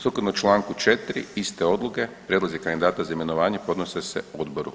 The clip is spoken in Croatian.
Sukladno članku 4. iste odluke prijedlozi kandidata za imenovanje podnose se odboru.